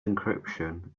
encryption